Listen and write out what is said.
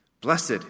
Blessed